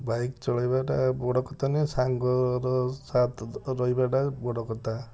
bike ଚଳେଇବା ଟା ବଡ଼ କଥା ନୁହେଁ ସାଙ୍ଗର ସାଥ୍ ରହିବାଟା ବଡ଼ କଥା